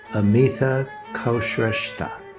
amita kulshreshta.